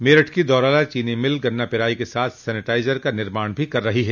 मेरठ की दौराला चीनी मिल गन्ना पेराई के साथ सेनिटाइजर का निर्माण भी कर रही है